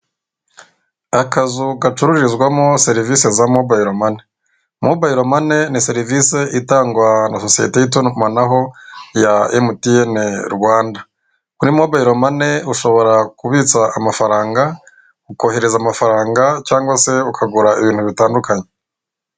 Akazu gacururizwamo serivise za mobayilo mane. Mobayilo mane ni serivise itangwa na sosiyete y'itumanaho ya emutiyene Rwanda. Kuri mobayilo mane ushobora kubitsa amafaranga, ukohereza amafaranga, cyangwa se ukagura ibintu bitandukanye.